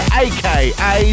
aka